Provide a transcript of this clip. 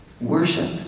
worship